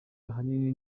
ahanini